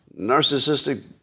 narcissistic